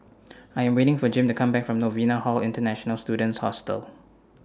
I Am waiting For Jim to Come Back from Novena Hall International Students Hostel